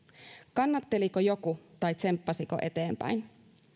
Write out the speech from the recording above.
kannatteliko joku tai tsemppasiko eteenpäin